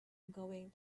going